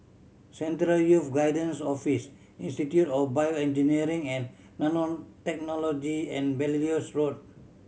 Central Youth Guidance Office Institute of BioEngineering and Nanotechnology and Belilios Road